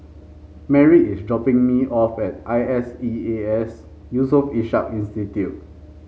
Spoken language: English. Merritt is dropping me off at I S E A S Yusof Ishak Institute